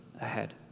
ahead